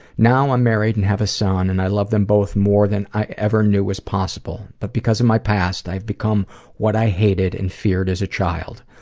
now i'm married and have a son and i love them both more than i ever knew was possible. but because of my past, i've become what i hated and feared as a child.